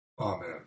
Amen